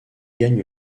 gagne